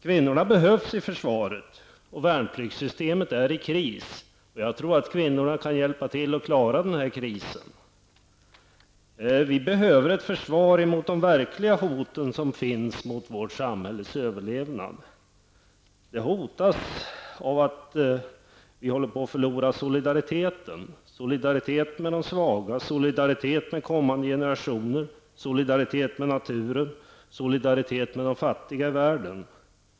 Kvinnorna behövs i försvaret, och värnpliktssystemet är i kris. Jag tror att kvinnorna kan hjälpa till att klara den krisen. Vi behöver ett försvar mot det verkliga hot som finns mot vårt samhälles överlevnad. Vårt samhälle hotas av att vi håller på att förlora solidariteten -- solidariteten med de svaga, solidariteten med kommande generationer, solidariteten med naturen, solidariteten med de fattiga i världen.